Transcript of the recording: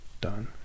done